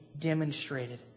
demonstrated